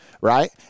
right